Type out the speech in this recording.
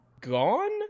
gone